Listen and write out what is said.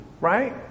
right